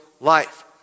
life